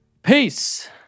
Peace